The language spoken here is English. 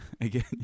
again